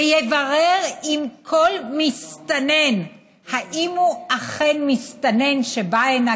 ויברר עם כל מסתנן אם הוא אכן מסתנן שבא הנה